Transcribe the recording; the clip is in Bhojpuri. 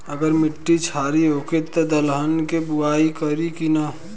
अगर मिट्टी क्षारीय होखे त दलहन के बुआई करी की न?